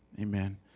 Amen